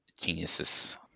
geniuses